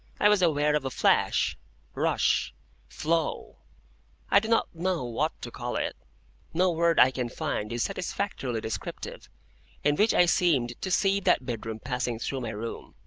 i was aware of a flash rush flow i do not know what to call it no word i can find is satisfactorily descriptive in which i seemed to see that bedroom passing through my room,